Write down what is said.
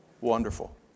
wonderful